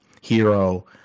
hero